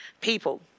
people